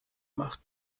macht